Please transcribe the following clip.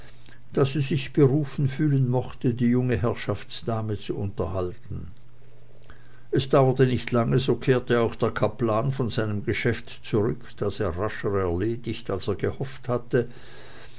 da sie sich berufen fühlen mochte die junge herrschaftsdame zu unterhalten es dauerte nicht lang so kehrte auch der kaplan von seinem geschäft zurück das er rascher erledigt als er gehofft hatte